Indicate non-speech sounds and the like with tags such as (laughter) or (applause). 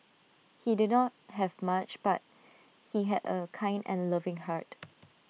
he did not have much but he had A kind and loving heart (noise)